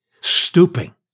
stooping